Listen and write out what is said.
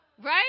right